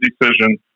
decision